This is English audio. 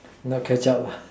not catch up lah